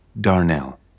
Darnell